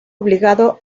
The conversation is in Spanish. obligado